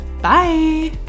Bye